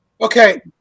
Okay